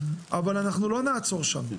אבל אנחנו לא נעצור שם.